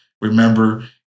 Remember